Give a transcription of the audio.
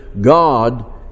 God